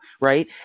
right